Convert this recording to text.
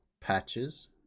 patches